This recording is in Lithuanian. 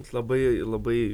labai labai